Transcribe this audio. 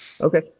Okay